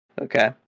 Okay